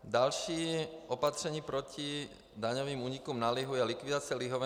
Další opatření proti daňovým únikům na lihu je likvidace lihovin.